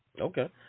Okay